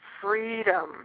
Freedom